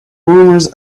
rumors